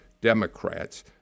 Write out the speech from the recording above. Democrats